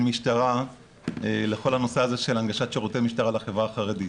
משטרה לכל הנושא של הנגשת שירותי משטרה לחברה החרדית.